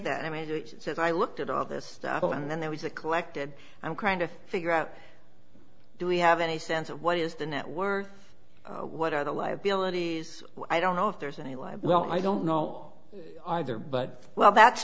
that i mean it says i looked at all this stuff and then there was a collected i'm trying to figure out do we have any sense of what is the network what are the liabilities i don't know if there's any libel i don't know either but well that's